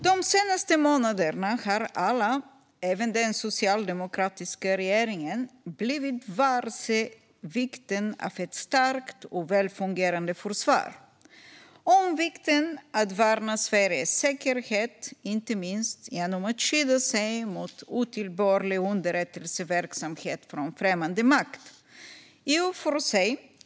De senaste månaderna har alla, även den socialdemokratiska regeringen, blivit varse vikten av ett starkt och välfungerande försvar och vidare om vikten av att värna Sveriges säkerhet, inte minst genom att skydda sig mot otillbörlig underrättelseverksamhet från främmande makt.